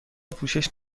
پوشش